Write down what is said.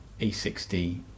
E60